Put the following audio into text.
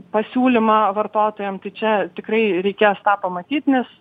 pasiūlymą vartotojam tai čia tikrai reikės tą pamatyt nes